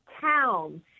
town